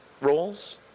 roles